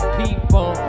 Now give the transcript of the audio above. people